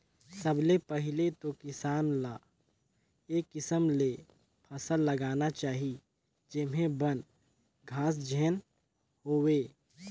सबले पहिले तो किसान ल ए किसम ले फसल लगाना चाही जेम्हे बन, घास झेन होवे